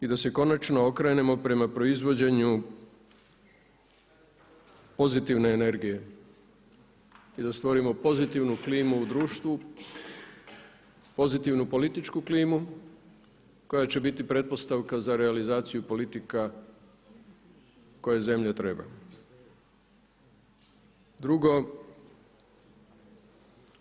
I da se konačno okrenemo prema proizvođenju pozitivne energije i da stvorimo pozitivnu klimu u društvu, pozitivnu političku klimu koja će biti pretpostavka za realizaciju politika koje zemlja treba.